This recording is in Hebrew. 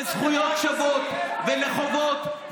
זכויות שוות וחובות,